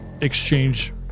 exchange